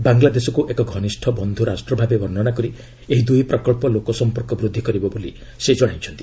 ବାଙ୍ଗଲାଦେଶକୁ ଏକ ଘନିଷ୍ଠ ବନ୍ଧୁ ରାଷ୍ଟ୍ର ଭାବେ ବର୍ଷ୍ଣନା କରି ଏହି ଦୁଇ ପ୍ରକଳ୍ପ ଲୋକ ସମ୍ପର୍କ ବୁଦ୍ଧି କରିବ ବୋଲି ସେ କହିଛନ୍ତି